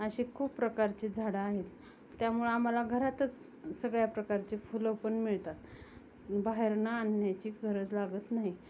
असे खूप प्रकारचे झाडं आहेत त्यामुळं आम्हाला घरातच सगळ्या प्रकारचे फुलं पण मिळतात बाहेरनं आणण्याची गरज लागत नाही